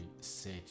set